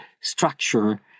structure